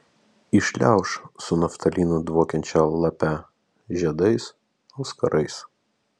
įšliauš su naftalinu dvokiančia lape žiedais auskarais